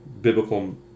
biblical